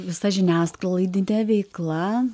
visa žiniasklaidine veikla